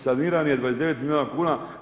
Saniran je 29 milijuna kuna.